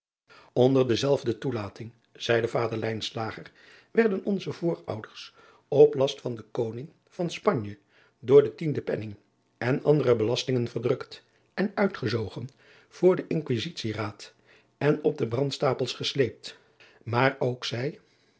nder dezelfde toelating zeide vader werden onze voorouders op last van den oning van panje door den tienden enning en andere belastingen verdrukt en uitgezogen voor den nquisitie raad en op de brandstapels gesleept maar ook zij